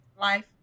life